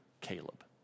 Caleb